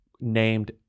named